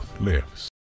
lives